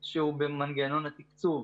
תודה.